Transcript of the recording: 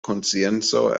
konscienco